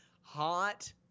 hot